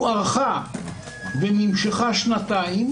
היא הוארכה ונמשכה שנתיים,